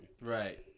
Right